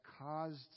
caused